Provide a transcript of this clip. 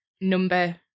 number